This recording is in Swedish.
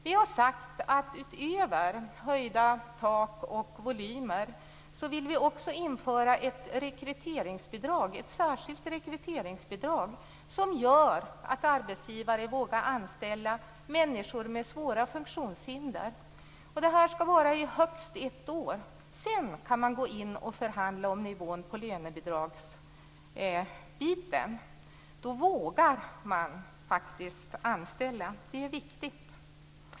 Vi har sagt att vi utöver höjda tak och volymer också vill införa ett särskilt rekryteringsbidrag som gör att arbetsgivare vågar anställa människor med svåra funktionshinder. Det här skall vara i högst ett år. Sedan kan man förhandla om nivån på lönebidragsbiten. Då vågar arbetsgivarna faktiskt anställa. Det är viktigt.